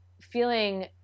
feeling –